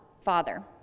Father